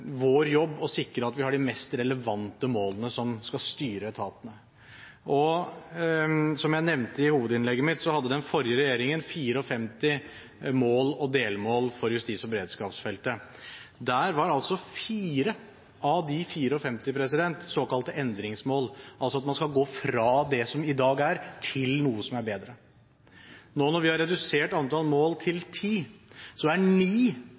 vår jobb å sikre at det er de mest relevante målene som skal styre etatene. Som jeg nevnte i hovedinnlegget mitt, hadde den forrige regjeringen 54 mål og delmål for justis- og beredskapsfeltet. Der var 4 av de 54 såkalte endringsmål, altså at man skal gå fra det som er i dag, til noe som er bedre. Nå når vi har redusert antall mål til 10, er